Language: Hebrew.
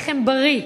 לחם בריא,